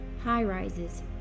high-rises